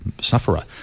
sufferer